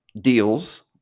deals